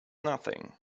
nothing